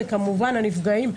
וכמובן הנפגעים,